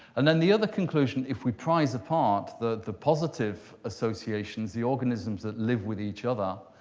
and then the other conclusion if we prize apart the the positive associations, the organisms that live with each other,